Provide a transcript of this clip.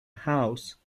house